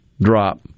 drop